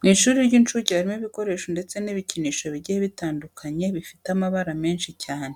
Mu ishuri ry'inshuke harimo ibikoresho ndetse n'ibikinisho bigiye bitandukanye bifite amabara menshi cyane.